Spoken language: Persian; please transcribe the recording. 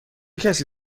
کسی